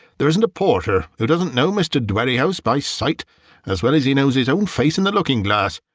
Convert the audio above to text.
there isn't a porter, who doesn't know mr. dwerrihouse by sight as well as he knows his own face in the looking-glass,